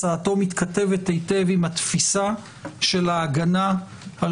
הצעתו מתכתבת היטב עם התפיסה של ההגנה על